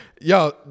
yo